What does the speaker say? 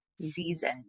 season